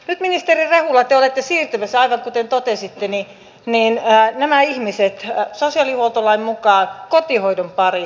nyt ministeri rehula te olette siirtämässä aivan kuten totesitte nämä ihmiset sosiaalihuoltolain mukaan kotihoidon pariin